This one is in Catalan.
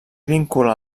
vincula